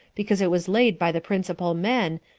because it was laid by the principal men,